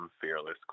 fearless